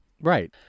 Right